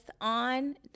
on